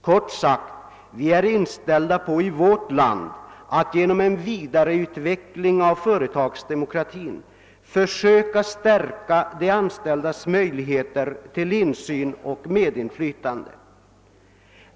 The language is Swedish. Kort sagt: vi är i vårt land inställda på att genom en vidare utveckling av företagsdemokratin försöka stärka de anställdas möjligheter till insyn och medinflytande.